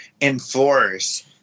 enforce